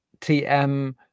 TM